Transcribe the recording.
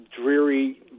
dreary